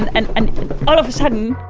and and all of a sudden,